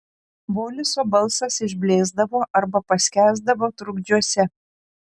voliso balsas išblėsdavo arba paskęsdavo trukdžiuose